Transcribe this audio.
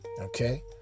Okay